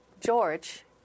George